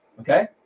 okay